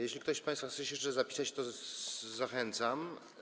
Jeżeli ktoś z państwa chce się jeszcze zapisać, to zachęcam.